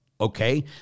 okay